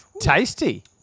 Tasty